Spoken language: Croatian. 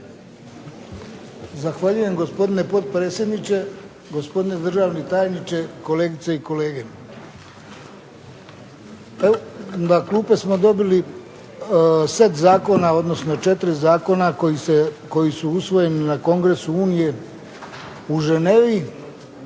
Zahvaljujem, gospodine potpredsjedniče. Gospodine državni tajniče, kolegice i kolege. Na klupe smo dobili set zakona, odnosno četiri zakona koji su usvojeni na Kongresu Unije u Ženevi